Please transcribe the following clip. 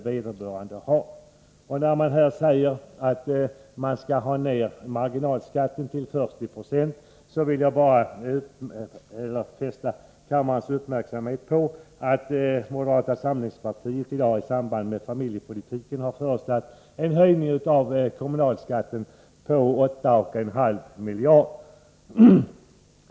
När moderata samlingspartiet talar om att marginalskatten bör sänkas till 4096, vill jag fästa kammarens uppmärksamhet på att moderaterna i sin familjepolitik har föreslagit en höjning av kommunalskatten med 8,5 miljarder kronor.